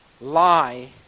lie